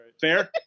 Fair